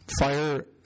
fire